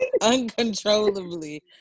uncontrollably